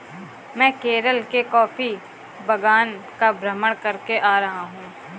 मैं केरल के कॉफी बागान का भ्रमण करके आ रहा हूं